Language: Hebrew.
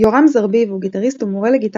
יורם זרביב הוא גיטריסט ומורה לגיטרה